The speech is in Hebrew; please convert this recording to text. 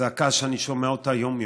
זעקה שאני שומע יום-יום.